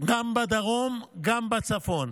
גם בדרום, גם בצפון,